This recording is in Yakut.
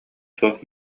суох